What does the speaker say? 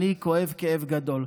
אני כואב כאב גדול.